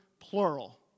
plural